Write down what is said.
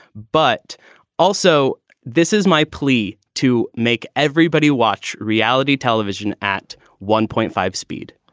but also this is my plea to make everybody watch reality television at one point five speed